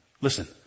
listen